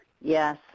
Yes